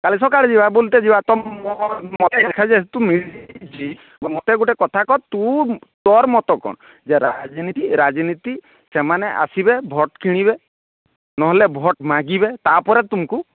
କାଲି ସକାଳେ ଯିବା ବୁଲିତେ ଯିବା ମୋତେ ଗୋଟିଏ କଥା କହ ତୁ ତୋର ମତ କ'ଣ ଯେ ରାଜନୀତି ରାଜନୀତି ସେମାନେ ଆସିବେ ଭୋଟ୍ କିଣିବେ ନହେଲେ ଭୋଟ୍ ମାଗିବେ ତାପରେ ତୁମକୁ